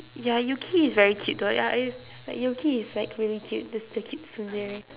ya yuki is very cute though ya I ~s like yuki is like really cute there's the cute tsundere